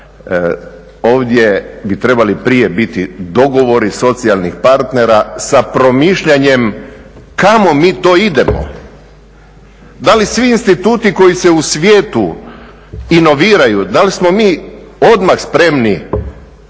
Ovdje bi trebali prije biti dogovori socijalnih partnera sa promišljanjem kamo mi to idemo. Da li svi instituti koji se u svijetu inoviraju, da li smo mi odmah spremni